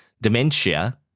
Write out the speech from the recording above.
dementia